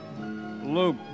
Luke